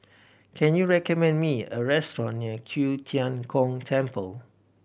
can you recommend me a restaurant near Q Tian Gong Temple